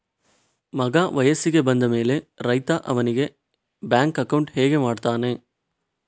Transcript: ಮಗ ವಯಸ್ಸಿಗೆ ಬಂದ ಮೇಲೆ ರೈತ ಅವನಿಗೆ ಬ್ಯಾಂಕ್ ಅಕೌಂಟ್ ಹೇಗೆ ಮಾಡ್ತಾನೆ?